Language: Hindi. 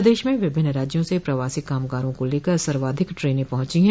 प्रदेश में विभिन्न राज्यों से प्रवासी कामगारों को लेकर सर्वाधिक ट्रेने पहुंची है